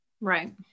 Right